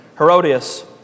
Herodias